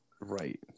right